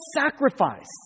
sacrifice